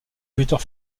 buteur